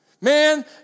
Man